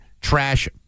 trash